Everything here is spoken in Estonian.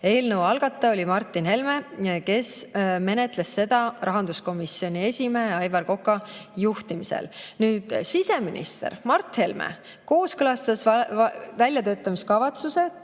Eelnõu algataja oli Martin Helme, seda menetleti rahanduskomisjoni esimehe Aivar Koka juhtimisel. Siseminister Mart Helme kooskõlastas väljatöötamiskavatsuse,